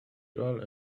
girl